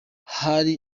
hari